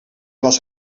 was